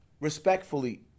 respectfully